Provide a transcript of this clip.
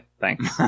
thanks